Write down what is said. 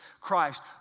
Christ